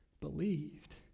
believed